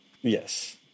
Yes